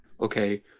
okay